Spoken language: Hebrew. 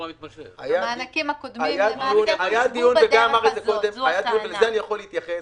המענקים הקודמים למעשה קודמו בדרך הזו זו הטענה.